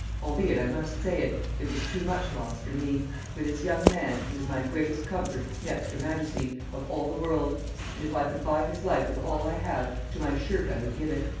albeit, i must say it, it was too much loss for me for this young man, he was my greatest comfort, next her majesty, of all the world and if i could buy his life with all i have, to my shirt i would give it.